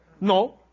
no